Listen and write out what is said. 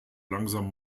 langsam